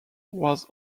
was